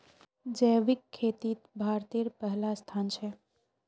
जैविक खेतित भारतेर पहला स्थान छे